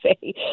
say